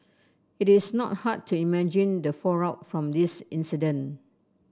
it is not hard to imagine the fallout from this incident